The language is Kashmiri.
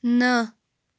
نہَ